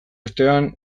ostean